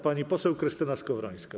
Pani poseł Krystyna Skowrońska.